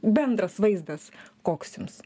bendras vaizdas koks jums